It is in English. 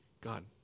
God